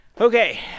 Okay